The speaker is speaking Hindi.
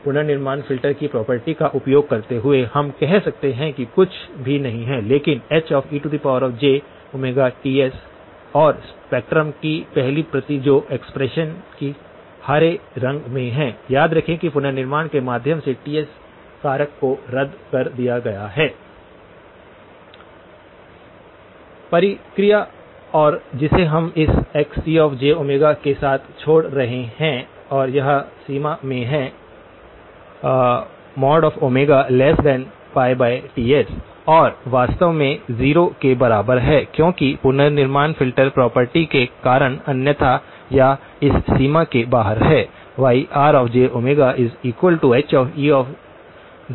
पुनर्निर्माण फिल्टर की प्रॉपर्टी का उपयोग करते हुए हम कह सकते हैं कि कुछ भी नहीं है लेकिन HejTs और स्पेक्ट्रम की पहली प्रति जो एक्सप्रेशन की हरे रंग में है याद रखें कि पुनर्निर्माण के माध्यम से Ts कारक को रद्द कर दिया गया है प्रक्रिया और जिसे हम इस Xcj के साथ छोड़ रहे हैं और यह सीमा में है Ts और वास्तव में 0 के बराबर है क्योंकि पुनर्निर्माण फ़िल्टर प्रॉपर्टी के कारण अन्यथा या इस सीमा के बाहर है